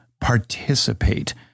participate